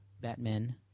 Batman